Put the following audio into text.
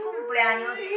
cumpleaños